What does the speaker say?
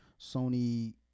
Sony